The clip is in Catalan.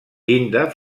llinda